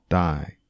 die